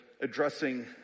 addressing